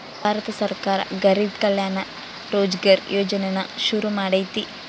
ಭಾರತ ಸರ್ಕಾರ ಗರಿಬ್ ಕಲ್ಯಾಣ ರೋಜ್ಗರ್ ಯೋಜನೆನ ಶುರು ಮಾಡೈತೀ